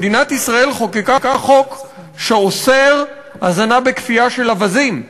הרי מדינת ישראל חוקקה חוק שאוסר הזנה בכפייה של אווזים.